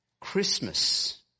Christmas